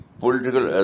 political